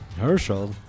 Herschel